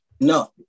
No